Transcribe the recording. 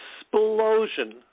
explosion